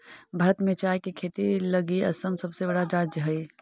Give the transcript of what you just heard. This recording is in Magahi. भारत में चाय के खेती लगी असम सबसे बड़ा राज्य हइ